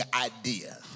idea